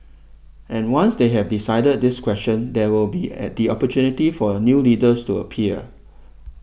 and once they have decided this question there will be at the opportunity for new leaders to appear